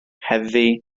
heddiw